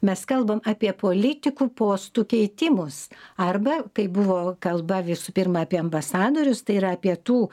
mes kalbam apie politikų postų keitimus arba kai buvo kalba visų pirma apie ambasadorius tai yra apie tų